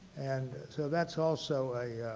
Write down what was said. and so, that's also a